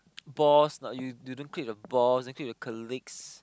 boss not you you don't click with the boss then click with the colleagues